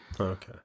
okay